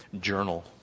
journal